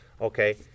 okay